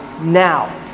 now